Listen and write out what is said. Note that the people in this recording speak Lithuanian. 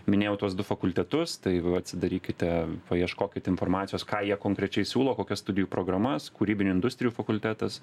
minėjau tuos du fakultetus tai atsidarykite paieškokit informacijos ką jie konkrečiai siūlo kokias studijų programas kūrybinių industrijų fakultetas